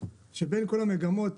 שבין כל המגמות